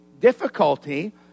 difficulty